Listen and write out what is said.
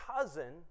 cousin